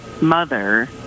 mother